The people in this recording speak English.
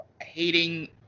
hating